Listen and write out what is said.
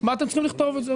מה אתם צריכים לכתוב את זה?